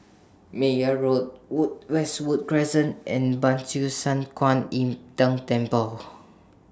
Meyer Road Wood Westwood Crescent and Ban Siew San Kuan Im Tng Temple